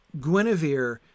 Guinevere